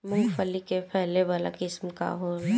मूँगफली के फैले वाला किस्म का होला?